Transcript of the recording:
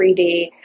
3D